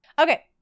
Okay